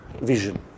vision